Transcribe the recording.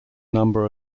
number